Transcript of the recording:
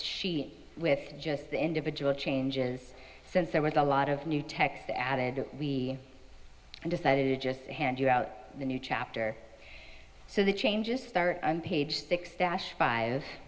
sheet with just the individual changes since there was a lot of new text added we decided to just hand you out the new chapter so the changes start on page six dash five